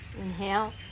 inhale